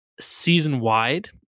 season-wide